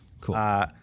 cool